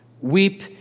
weep